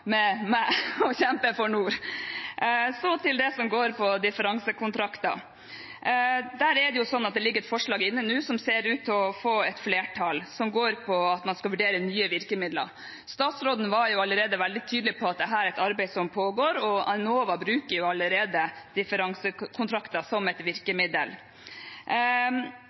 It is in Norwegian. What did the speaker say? med meg og kjempe for nord. Så til det som går på differansekontrakter. Der er det sånn at det nå ligger inne et forslag som ser ut til å få et flertall, som går på at man skal vurdere nye virkemidler. Statsråden var veldig tydelig på at dette er et arbeid som allerede pågår, og Enova bruker jo allerede differansekontrakter som et virkemiddel.